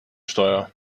steuer